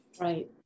Right